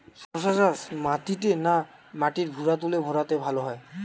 শশা চাষ মাটিতে না মাটির ভুরাতুলে ভেরাতে ভালো হয়?